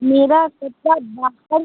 मेरा कपड़ा बाहर